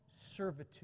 servitude